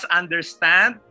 understand